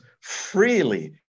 freely